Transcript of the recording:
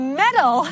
medal